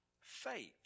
faith